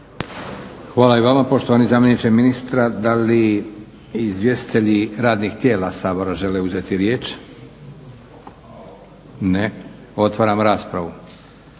Hvala i vama poštovani zastupniče ministra. Da li izvjestitelji radnih tijela Sabora žele uzeti riječ? Ne. Otvaram raspravu.